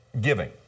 giving